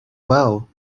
well